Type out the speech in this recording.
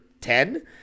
ten